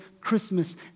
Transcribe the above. Christmas